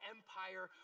Empire